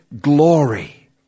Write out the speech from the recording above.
glory